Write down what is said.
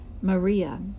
Maria